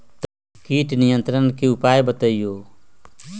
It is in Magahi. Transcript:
किट नियंत्रण के उपाय बतइयो?